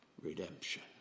redemption